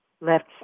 left